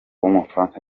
w’umufaransa